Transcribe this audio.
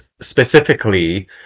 specifically